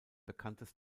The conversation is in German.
bekanntes